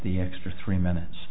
the extra three minutes